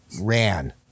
ran